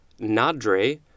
nadre